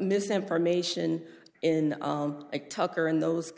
misinformation in it tucker in those